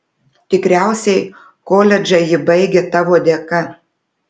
tikriausiai koledžą ji baigė tavo dėka